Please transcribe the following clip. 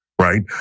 Right